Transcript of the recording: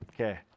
Okay